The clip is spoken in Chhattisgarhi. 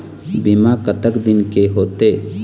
बीमा कतक दिन के होते?